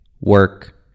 work